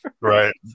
right